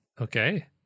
Okay